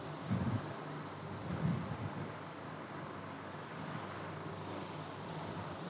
आज मौसम के कैसन हाल रहतइ?